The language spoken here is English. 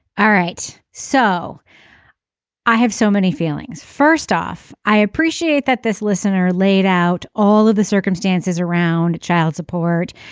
all right so i have so many feelings. first off i appreciate that this listener laid out all of the circumstances around child support.